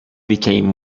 became